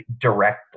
directly